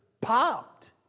popped